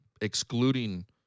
excluding